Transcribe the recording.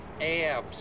abs